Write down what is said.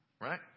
right